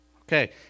Okay